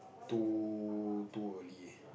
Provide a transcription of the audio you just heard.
too too early